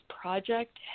project